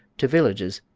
to villages,